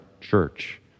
church